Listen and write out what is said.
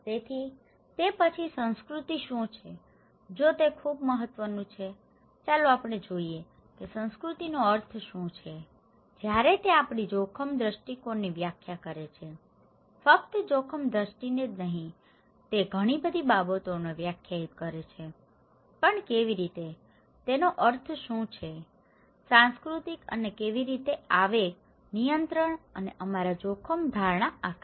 તેથી તે પછી સંસ્કૃતિ શું છે જો તે ખૂબ મહત્વનું છે ચાલો આપણે અહીં જોઈએ કે સંસ્કૃતિનો અર્થ શું છે જ્યારે તે આપણી જોખમ દ્રષ્ટિકોણની વ્યાખ્યા કરે છે ફક્ત જોખમ દ્રષ્ટિને જ નહીં તે ઘણી બધી બાબતોને વ્યાખ્યાયિત કરે છે પણ કેવી રીતે તેનો અર્થ શું છે સંસ્કૃતિ અને કેવી રીતે આવેગ નિયંત્રણ અને અમારા જોખમ ધારણા આકાર